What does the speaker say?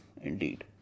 indeed